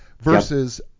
Versus